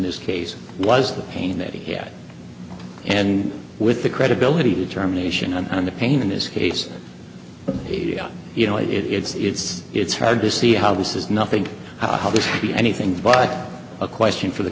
this case was the painted here and with the credibility determination on the pain in this case you know it's it's it's hard to see how this is nothing how this could be anything but a question for the